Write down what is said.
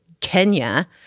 Kenya